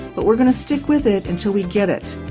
but we're going to stick with it until we get it.